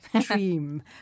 dream